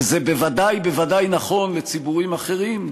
וזה בוודאי בוודאי נכון לציבורים אחרים,